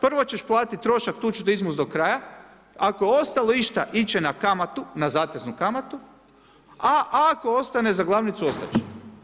Prvo ćeš platit trošak, tu ću te izmust do kraja, ako je ostalo išta ići će na kamatu, na zateznu kamatu, a ako ostane za glavnicu, ostat će.